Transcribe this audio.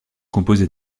composé